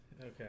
Okay